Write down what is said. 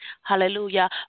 Hallelujah